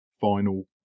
final